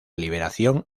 liberación